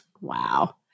Wow